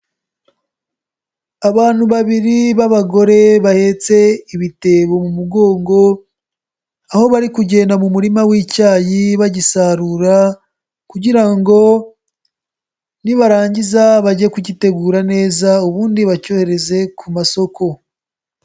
Abantu babiri b'abagore bahetse ibitebo mu mugongo, aho bari kugenda mu murima w'icyayi bagisarura kugira ngo nibarangiza bajye kugitegura neza ubundi bacyohereze ku masoko.